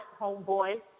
homeboy